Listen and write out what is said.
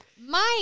Mike